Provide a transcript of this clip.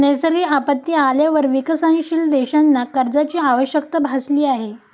नैसर्गिक आपत्ती आल्यावर विकसनशील देशांना कर्जाची आवश्यकता भासली आहे